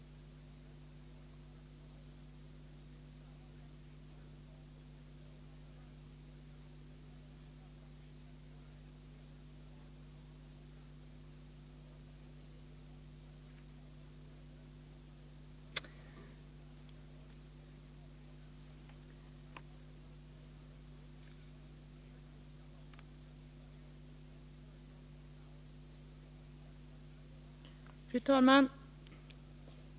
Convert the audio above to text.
Fru talman!